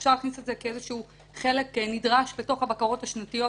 אפשר להכניס את זה כחלק נדרש בתוך הבקרות השנתיות.